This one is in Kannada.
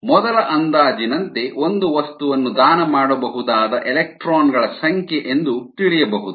ಮೊದಲ ಅಂದಾಜಿನಂತೆ ಒಂದು ವಸ್ತುವನ್ನು ದಾನ ಮಾಡಬಹುದಾದ ಎಲೆಕ್ಟ್ರಾನ್ ಗಳ ಸಂಖ್ಯೆ ಎಂದು ತಿಳಿಯಬಹುದು